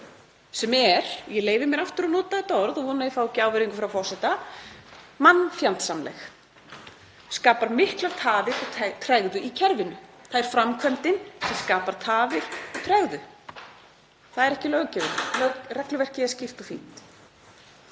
sem er, ég leyfi mér aftur að nota þetta orð og vona að ég fái ekki ávirðingu frá forseta: mannfjandsamleg. Hún skapar miklar tafir og tregðu í kerfinu. Það er framkvæmdin sem skapar tafir og tregðu, það er ekki löggjöfin. Regluverkið er skýrt og fínt.